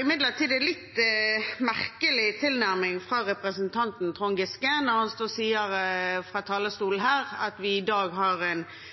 imidlertid det er en litt merkelig tilnærming fra representanten Trond Giske når han står og sier fra talerstolen her at vi i dag har en